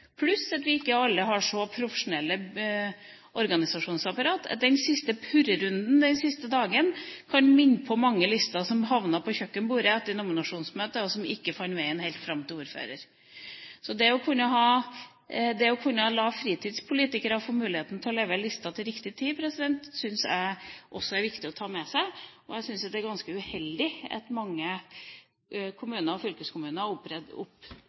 pluss at ikke alle har så profesjonelle organisasjonsapparat. Den siste purrerunden den siste dagen kan minne mange på lister som havnet på kjøkkenbordet etter nominasjonsmøtet, og som ikke fant veien helt fram til ordfører. Så det å kunne la fritidspolitikere få muligheten til å levere lister til riktig tid, syns jeg også er viktig å ta med seg, og jeg syns det er ganske uheldig at mange kommuner og fylkeskommuner har